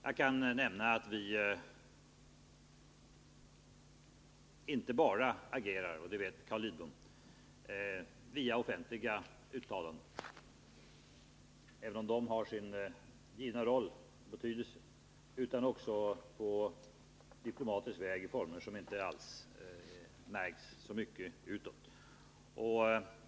Jag kan nämna att vi inte bara agerar via offentliga uttalanden, även om de har sin givna roll och betydelse, utan också på diplomatisk väg i former som inte alls märks så mycket utåt.